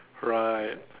right